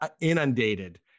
inundated